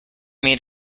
meet